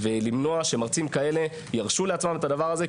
למנוע שמרצים כאלה ירשו לעצמם את הדבר הזה,